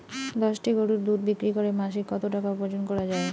দশটি গরুর দুধ বিক্রি করে মাসিক কত টাকা উপার্জন করা য়ায়?